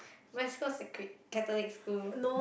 my school was a chri~ catholic school